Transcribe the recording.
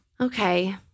Okay